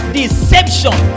deception